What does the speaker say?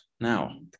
Now